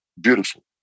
beautiful